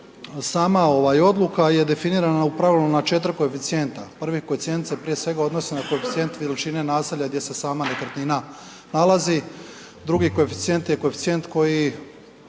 sama odluka je definirana u pravilu na 4 koeficijenta, prvi koeficijent se prije svega odnosi na koeficijent veličine naselja gdje se sama nekretnina nalazi, drugi koeficijent je koeficijent koji